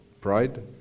pride